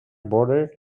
boarder